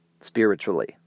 spiritually